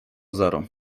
zero